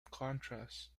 contrast